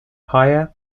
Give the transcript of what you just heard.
higher